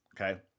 okay